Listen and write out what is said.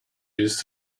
used